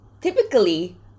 typically